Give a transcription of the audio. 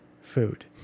food